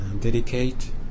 dedicate